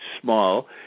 small